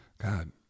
God